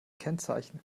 kennzeichen